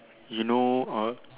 you know uh